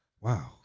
Wow